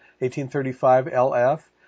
1835-LF